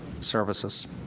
services